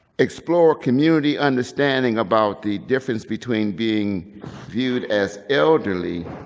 explore community understanding about the difference between being viewed as elderly,